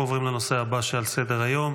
אנחנו עוברים לנושא הבא שעל סדר-היום,